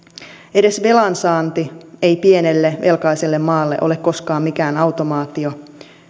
edes velansaanti ei pienelle velkaiselle maalle ole koskaan mikään automaatio